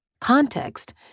Context